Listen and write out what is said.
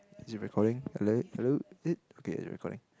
is it recording hello hello is it okay it's recording